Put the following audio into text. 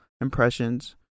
impressions